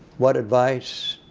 what advice